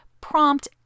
prompt